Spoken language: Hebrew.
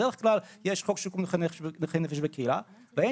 בדרך כלל יש חוק שיקום נכי נפש בקהילה ואין